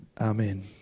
Amen